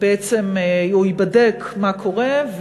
2013 ייבדק מה קורה,